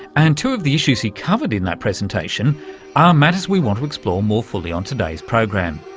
and two of the issues he covered in that presentation are matters we want to explore more fully on today's program.